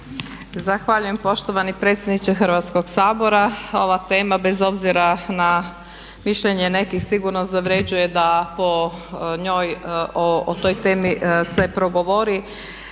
Zahvaljujem poštovani predsjedniče Hrvatskog sabora. Ova tema bez obzira na mišljenje nekih sigurno zavređuje da o njoj, o toj temi se progovori